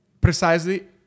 precisely